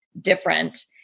different